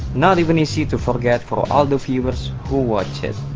not even easy to forget for all the viewers who watch it.